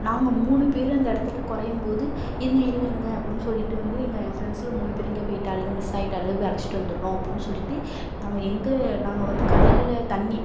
நாங்கள் மூணு பேர் அந்த இடத்துக்கிட்ட குறையும் போது இருங்க இருங்க இருங்க அப்புடினு சொல்லிட்டு வந்து எங்கள் என் ஃப்ரெண்ட்ஸில் மூணு பேர் எங்கேயோ போய்ட்டாளுக மிஸ் ஆகிட்டாளுக போய் அழைச்சிட்டு வந்துடுறோம் அப்புடினு சொல்லிட்டு நாங்கள் எங்கள் நாங்கள் வந்து கடல்ல தண்ணி